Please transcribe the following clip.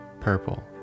purple